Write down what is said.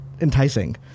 enticing